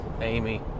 amy